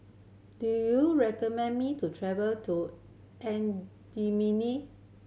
do you recommend me to travel to N